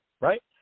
right